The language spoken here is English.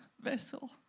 vessel